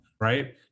right